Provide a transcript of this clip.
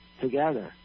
together